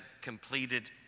completed